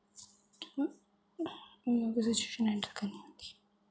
कोई situation handle करनी